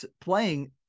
playing